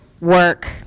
work